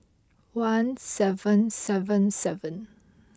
one seven seven seven